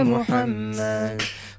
Muhammad